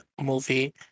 movie